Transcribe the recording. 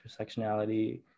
intersectionality